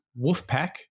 Wolfpack